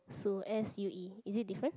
sue S_U_E is it different